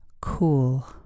Cool